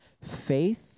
Faith